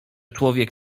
człowiek